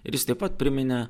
ir jis taip pat priminė